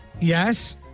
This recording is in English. Yes